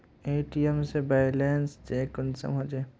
ATM से balance check कुंसम होचे?